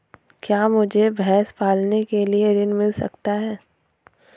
क्या मुझे भैंस पालने के लिए ऋण मिल सकता है?